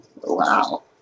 Wow